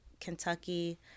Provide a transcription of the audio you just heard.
Kentucky